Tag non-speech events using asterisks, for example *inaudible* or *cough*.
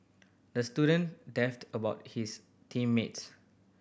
the student *unintelligible* about his team mates